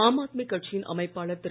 ஆம் ஆத்மி கட்சியின் அமைப்பாளர் திரு